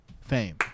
Fame